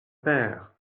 père